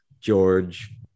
george